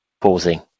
pausing